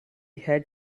had